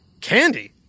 Candy